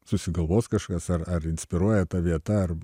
susigalvos kažkas ar inspiruoja ta vieta ar